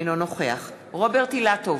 אינו נוכח רוברט אילטוב,